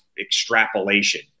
extrapolation